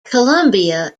columbia